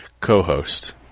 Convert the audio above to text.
co-host